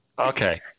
Okay